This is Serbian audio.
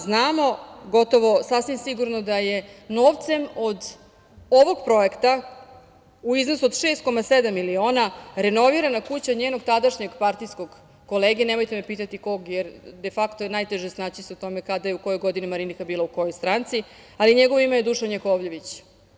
Znamo gotovo sasvim sigurno da je novcem od ovog projekta, u iznosu od 6,7 miliona, renovirana kuća njenog tadašnjeg partijskog kolege, nemojte me pitati kog, jer defakto je najteže snaći se u tome kada je, u kojoj godini Marinika bila u kojoj stranci, ali njegovo ime je Dušan Jakovljević.